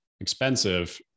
expensive